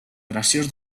graciós